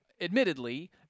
admittedly